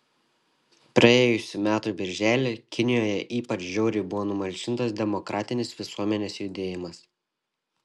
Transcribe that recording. praėjusių metų birželį kinijoje ypač žiauriai buvo numalšintas demokratinis visuomenės judėjimas